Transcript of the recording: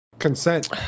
Consent